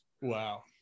Wow